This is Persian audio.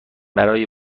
برای